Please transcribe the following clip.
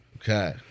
Okay